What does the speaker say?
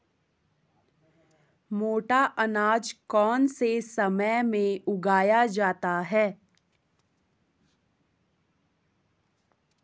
मोटा अनाज कौन से समय में उगाया जाता है?